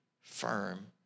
firm